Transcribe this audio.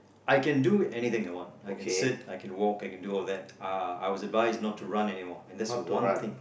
I can do anything I want I can sit I can walk I can do all that uh I was advised not to run anymore and that's the one thing